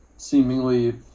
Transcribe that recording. seemingly